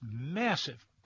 massive